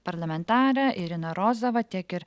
parlamentarę iriną rozovą tiek ir